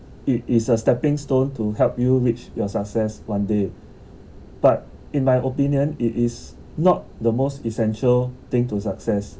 it it's a stepping stone to help you reach your success one day but in my opinion it is not the most essential thing to success